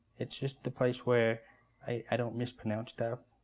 it's just the place where i don't mispronounce stuff.